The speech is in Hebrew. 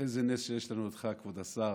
איזה נס שיש לנו אותך, כבוד השר,